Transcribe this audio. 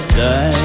die